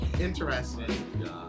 interesting